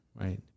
right